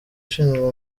ushinzwe